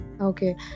Okay